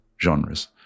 genres